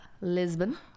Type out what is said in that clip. Lisbon